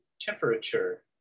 temperature